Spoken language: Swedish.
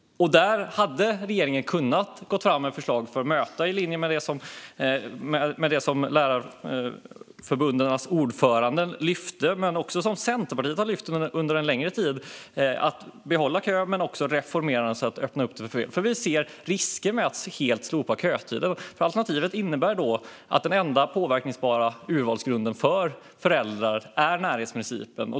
Där hade regeringen kunnat gå fram med förslag i linje med det som lärarförbundens ordförande lyfte fram och som också Centerpartiet lyft fram under en längre tid. Det handlar om att behålla kön men också att reformera den och öppna upp. Vi ser risker med att helt slopa kötider. Alternativet innebär att den enda påverkningsbara urvalsgrunden för föräldrar är närhetsprincipen.